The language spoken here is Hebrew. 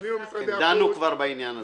פנינו למשרדי הממשלה --- דנו כבר בעניין הזה.